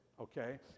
Okay